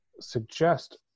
suggest